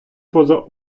поза